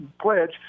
pledge